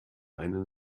einen